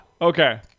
okay